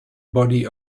body